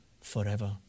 forever